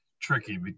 tricky